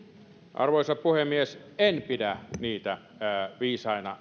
arvoisa puhemies en pidä viisaana